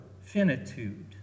finitude